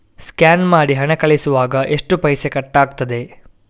Scan ಮಾಡಿ ಹಣ ಕಳಿಸುವಾಗ ಎಷ್ಟು ಪೈಸೆ ಕಟ್ಟಾಗ್ತದೆ?